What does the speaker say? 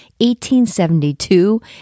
1872